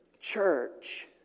church